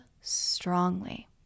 strongly